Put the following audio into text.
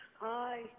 Hi